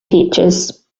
features